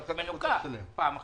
ועכשיו --- זו נוכה פעם אחת.